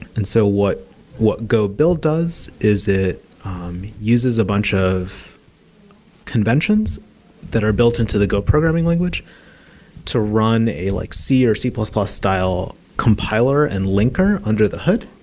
and so what what go build does is it uses a bunch of conventions that are built into the go programming language to run like a like c or c plus plus style compiler and linker under the hood.